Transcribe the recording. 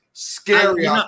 scary